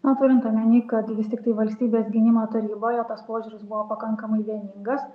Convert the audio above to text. na turint omeny kad vis tiktai valstybė gynimo taryboje tas požiūris buvo pakankamai vieningas